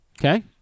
Okay